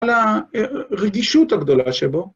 ‫על הרגישות הגדולה שבו.